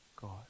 God